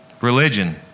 Religion